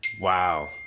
Wow